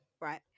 right